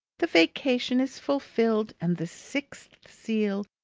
the vacation is fulfilled and the sixth seal,